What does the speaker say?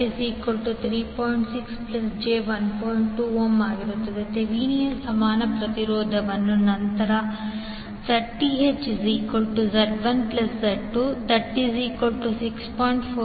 2 Thevenin ಸಮಾನ ಪ್ರತಿರೋಧವನ್ನು ನಂತರ ZThZ1Z26